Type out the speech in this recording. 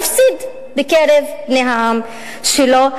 הפסיד בקרב בני העם שלו,